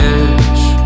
edge